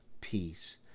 peace